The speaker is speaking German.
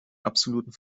absoluten